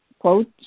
quote